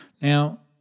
Now